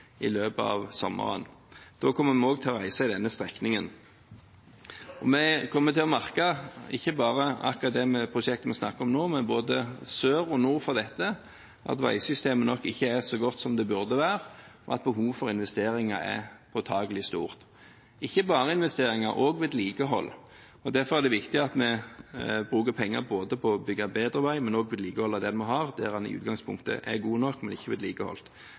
i løpet av sommeren. Da kommer vi også til å reise denne strekningen. Vi kommer til å merke ikke bare på akkurat det prosjektet vi snakker om nå, men både sør og nord for dette, at veisystemet nok ikke er så godt som det burde være, og at behovet for investeringer er påtakelig stort, og ikke bare investeringer, men også vedlikehold. Derfor er det viktig at vi bruker penger på å bygge bedre vei, men også på å vedlikeholde det vi har, der den i utgangspunktet er god nok, men ikke vedlikeholdt.